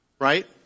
right